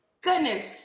Goodness